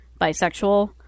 bisexual